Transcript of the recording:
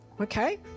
okay